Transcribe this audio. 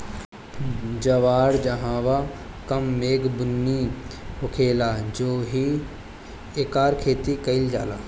जवार जहवां कम मेघ बुनी होखेला ओहिजे एकर खेती कईल जाला